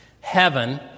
heaven